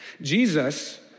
Jesus